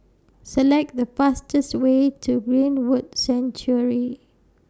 Select The fastest Way to Greenwood Sanctuary